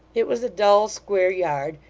it was a dull, square yard,